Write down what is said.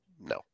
No